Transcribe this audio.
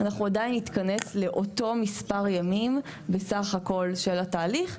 אז עדיין נתכנס לאותו מספר ימים בסך הכול של התהליך,